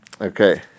Okay